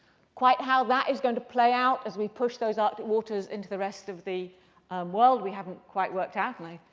quite how that is going to play out as we push those arctic waters into the rest of the world, we haven't quite worked out.